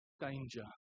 danger